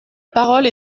parole